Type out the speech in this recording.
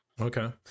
Okay